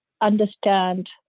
Understand